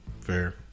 Fair